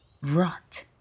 rot